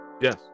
Yes